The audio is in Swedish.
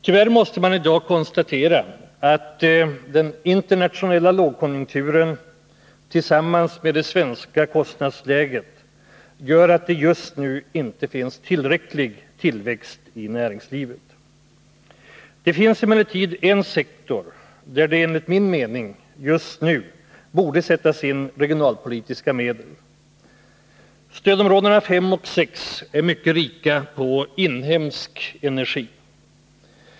Tyvärr måste man i dag konstatera att den internationella lågkonjunkturen — tillsammans med det svenska kostnadsläget — gör att det just nu inte finns tillräcklig tillväxt i näringslivet. Det finns emellertid en sektor där det enligt min mening just nu borde sättas in regionalpolitiska medel. Stödområdena 5 och 6 är mycket rika på inhemsk energi.